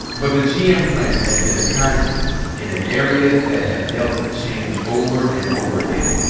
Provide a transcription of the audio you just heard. but the gm plant had been a constant in an area that has dealt with change over and over again.